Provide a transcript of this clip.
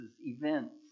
events